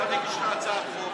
אתה מגיש הצעת חוק,